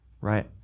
right